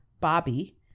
bobby